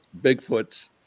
Bigfoots